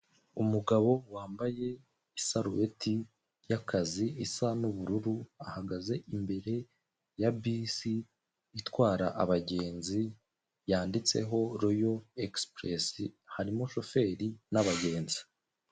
Umugabo wambaye isarubeti y'akazi isa nubururu, ahagaze imbere ya bisi itwara abagenzi yanditseho royo egisiperesi harimo shoferi n'abagenzi.